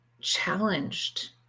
challenged